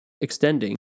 extending